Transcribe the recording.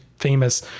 famous